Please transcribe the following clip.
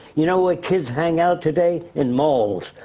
you know where kids hang out today? in malls.